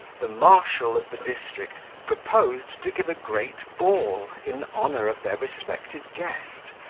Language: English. the marshal of the district proposed to give a great ball in honour of their respected guest,